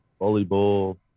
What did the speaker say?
volleyball